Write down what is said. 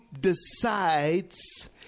decides